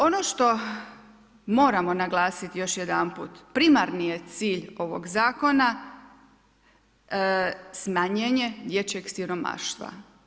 Ono što moramo naglasiti još jedanput, primarni je cilj ovog zakona smanjenje dječjeg siromaštva.